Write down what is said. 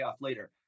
later